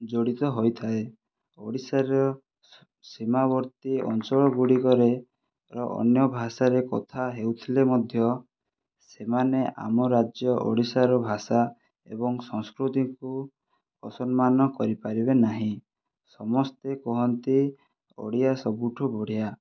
ଜଡ଼ିତ ହୋଇଥାଏ ଓଡ଼ିଶାର ସୀମାବର୍ତ୍ତୀ ଅଞ୍ଚଳ ଗୁଡ଼ିକରେ ଅନ୍ୟ ଭାଷାରେ କଥା ହେଉଥିଲେ ମଧ୍ୟ ସେମାନେ ଆମ ରାଜ୍ୟ ଓଡ଼ିଶାର ଭାଷା ଏବଂ ସଂସ୍କୃତିକୁ ଅସମ୍ମାନ କରିପାରିବେ ନାହିଁ ସମସ୍ତେ କୁହନ୍ତି ଓଡ଼ିଆ ସବୁଠାରୁ ବଢ଼ିଆ